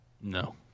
No